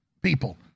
people